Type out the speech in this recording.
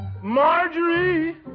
Marjorie